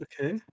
okay